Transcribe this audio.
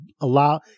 allow